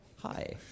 Hi